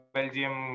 Belgium